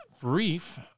brief